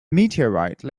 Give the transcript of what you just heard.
meteorite